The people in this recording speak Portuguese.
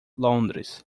londres